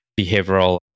behavioral